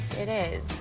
it is.